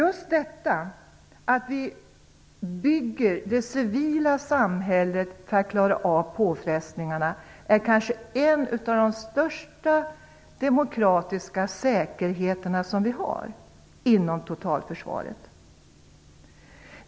Att vi bygger det civila samhället för att klara av påfrestningarna är kanske en av de största demokratiska säkerheter som vi har inom totalförsvaret.